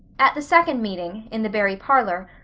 at the second meeting, in the barry parlor,